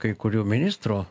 kai kurių ministrų